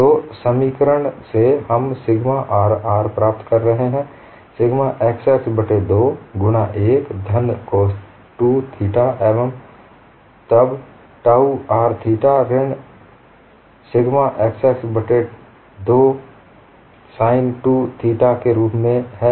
तो समीकरण से हम सिग्मा rr प्राप्त कर रहे हैं सिग्मा xx बट्टे 2 गुणा 1 धन cos 2 थीटा एवं तब टाउ r थीटा ऋण सिग्मा xx बट्टे 2 sin 2 थीटा के रूप में है